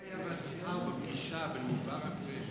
אולי תגיד מה היה בשיחה או בפגישה בין מובארק לנתניהו?